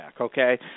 okay